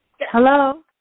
Hello